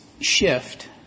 shift